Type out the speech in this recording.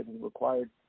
required